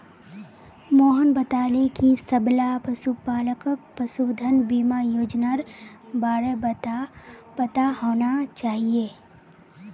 मोहन बताले कि सबला पशुपालकक पशुधन बीमा योजनार बार पता होना चाहिए